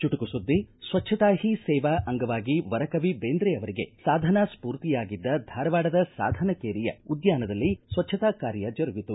ಚುಟುಕು ಸುಧ್ನಿ ಸ್ವಚ್ಛತಾ ಹೀ ಸೇವಾ ಅಂಗವಾಗಿ ವರಕವಿ ಬೇಂದ್ರೆ ಅವರಿಗೆ ಸಾಧನಾ ಸ್ಫೂರ್ತಿಯಾಗಿದ್ದ ಧಾರವಾಡದ ಸಾಧನಕೇರಿಯ ಉದ್ಯಾನದಲ್ಲಿ ಸ್ವಜ್ಣತಾ ಕಾರ್ಯ ಜರುಗಿತು